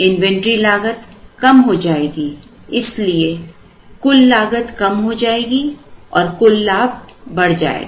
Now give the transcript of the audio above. inventory लागत कम हो जाएगी इसलिए कुल लागत कम हो जाएगी और कुल लाभ बढ़ जाएगा